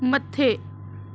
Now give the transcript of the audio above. मथे